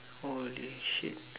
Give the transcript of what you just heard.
holy shit